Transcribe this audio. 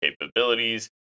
capabilities